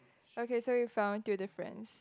okay so you found through the friends